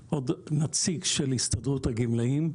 כאן עוד נציג של הסתדרות הגמלאים.